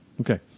Okay